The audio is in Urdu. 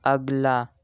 اگلا